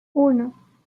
uno